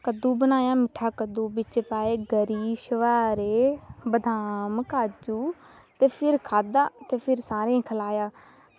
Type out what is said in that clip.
कद्दू बनाया मिट्ठा कद्दू च पाए गरी छुहारे बादाम काजू ते फिर खाद्धा ते फिर सारें गी खलाया